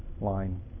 line